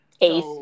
ace